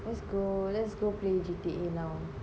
lets go lets go play G_T_A now